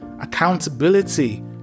Accountability